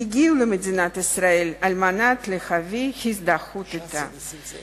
הגיעו למדינת ישראל על מנת להביע הזדהות אתה.